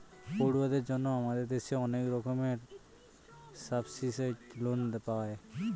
পড়ুয়াদের জন্য আমাদের দেশে অনেক রকমের সাবসিডাইসড লোন পায়